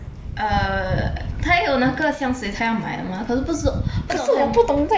err 她有那个香水她要买嘛可是不是